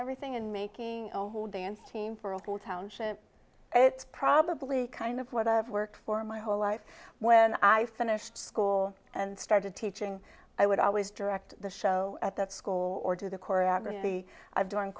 everything and making dance team for a little township it's probably kind of what i've worked for my whole life when i finished school and started teaching i would always direct the show at that school or do the choreography i've done